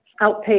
outpatient